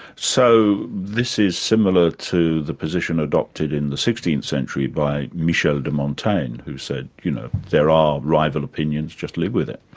so this is similar to the position adopted in the sixteenth century of michel de montaigne, who said, you know there are rival opinions, just live with it.